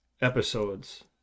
episodes